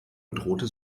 bedrohte